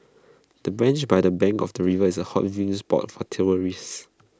the bench by the bank of the river is A hot viewing spot for tourists